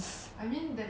the bombs